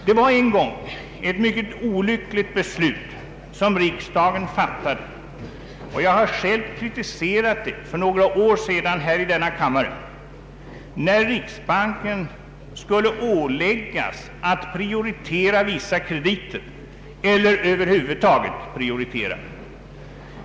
Det var ett mycket olyckligt beslut riksdagen en gång fattade, och jag har själv kritiserat det i denna kammare för några år sedan, att riksbanken skulle åläggas att prioritera vissa krediter eller över huvud taget prioritera.